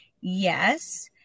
yes